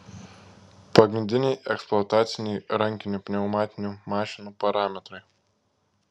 pagrindiniai eksploataciniai rankinių pneumatinių mašinų parametrai